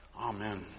Amen